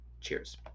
Cheers